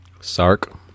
sark